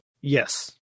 Yes